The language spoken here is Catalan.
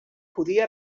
podia